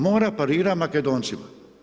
Mora parirati Makedoncima.